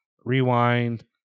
rewind